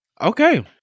Okay